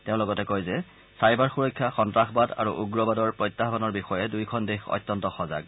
তেওঁ লগতে কয় যে চাইবাৰ সুৰক্ষা সন্তাসবাদ আৰু উগ্ৰবাদৰ প্ৰত্যাহানৰ বিষয়ে দুয়োখন দেশ অত্যন্ত সজাগ